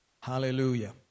Hallelujah